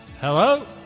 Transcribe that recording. Hello